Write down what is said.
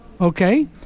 okay